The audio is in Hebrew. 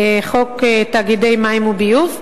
חוק תאגידי מים וביוב,